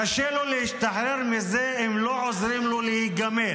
-- קשה לו להשתחרר מזה אם לא עוזרים לו להיגמל.